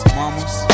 mamas